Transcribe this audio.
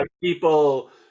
people